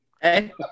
Hey